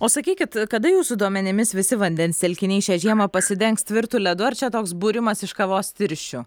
o sakykit kada jūsų duomenimis visi vandens telkiniai šią žiemą pasidengs tvirtu ledu ar čia toks būrimas iš kavos tirščių